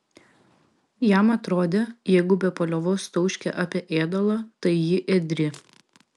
jam atrodė jeigu be paliovos tauškia apie ėdalą tai ji ėdri